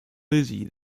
lizzy